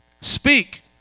speak